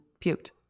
puked